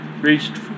reached